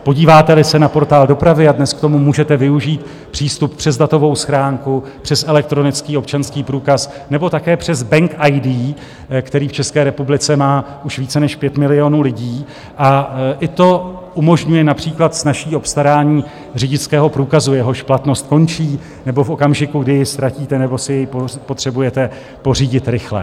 Podíváteli se na portál dopravy a dnes k tomu můžete využít přístup přes datovou schránku, přes elektronický občanský průkaz nebo také přes bank ID, které v České republice má už více než 5 milionů lidí, a i to umožňuje například snazší obstarání řidičského průkazu, jehož platnost končí, nebo v okamžiku, kdy jej ztratíte nebo si jej potřebujete pořídit rychle.